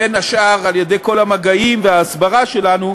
בין השאר על-ידי כל המגעים וההסברה שלנו,